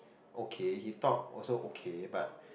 okay he talk also okay but